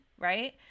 right